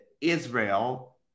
Israel